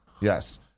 yes